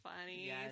funny